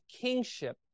kingship